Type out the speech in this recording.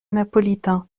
napolitain